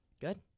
Good